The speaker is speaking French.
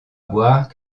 boire